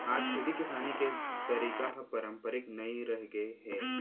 आज खेती किसानी के तरीका ह पारंपरिक नइ रहिगे हे